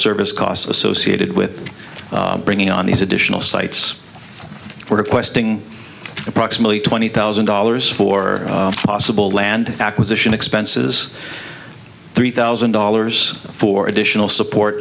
service costs associated with bringing on these additional sites questing approximately twenty thousand dollars for possible land acquisition expenses three thousand dollars for additional support